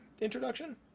introduction